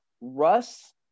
Russ